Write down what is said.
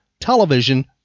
television